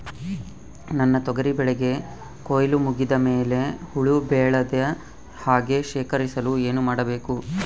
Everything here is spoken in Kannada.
ನನ್ನ ತೊಗರಿ ಬೆಳೆಗೆ ಕೊಯ್ಲು ಮುಗಿದ ಮೇಲೆ ಹುಳು ಬೇಳದ ಹಾಗೆ ಶೇಖರಿಸಲು ಏನು ಮಾಡಬೇಕು?